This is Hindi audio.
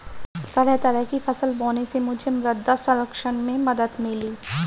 तरह तरह की फसल बोने से मुझे मृदा संरक्षण में मदद मिली